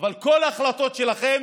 אבל כל ההחלטות שלכם